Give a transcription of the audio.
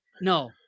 No